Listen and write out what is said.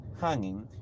hanging